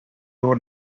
door